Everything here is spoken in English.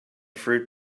fruit